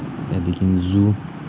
त्यहाँदेखि जू